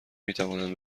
میتوانند